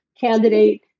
candidate